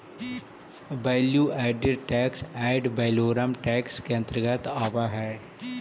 value added tax ad valorem tax के अंतर्गत आवऽ हई